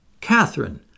Catherine